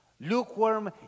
Lukewarm